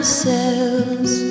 cells